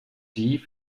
die